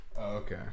Okay